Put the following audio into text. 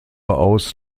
aus